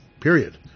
period